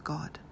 God